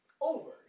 over